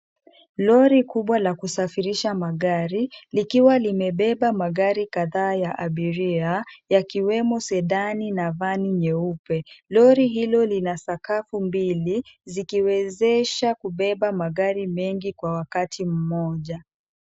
Lori kubwa la kusafirisha magari, likiwa limebeba magari kadhaa ya abiria, yakiwemo Sedani na Vani nyeupe, lori hilo lina sakafu mbili, zikiwezesha kubeba magari mengi kwa wakati mmoja.